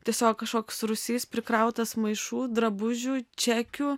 tiesiog kažkoks rūsys prikrautas maišų drabužių čekių